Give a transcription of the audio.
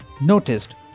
noticed